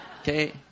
Okay